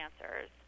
answers